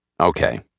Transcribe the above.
Okay